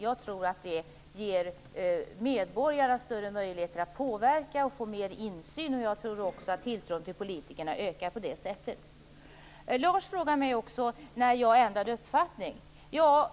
Jag tror att det ger medborgarna större möjligheter att påverka och få mer insyn. Jag tror också att tilltron till politikerna ökar på det sättet. Lars frågade mig också om när jag ändrade uppfattning.